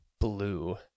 blue